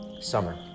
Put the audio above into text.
Summer